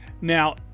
Now